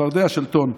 צפרדע של טון,